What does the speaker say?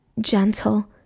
gentle